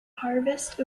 harvest